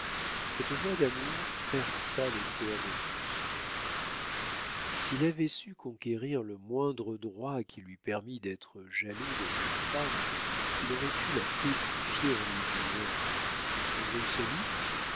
cette voix d'amour perça le cœur d'auguste s'il avait su conquérir le moindre droit qui lui permît d'être jaloux de cette femme il aurait pu la pétrifier en lui disant